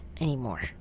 anymore